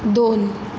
दोन